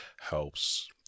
helps